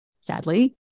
sadly